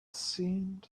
seemed